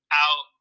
out